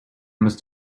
must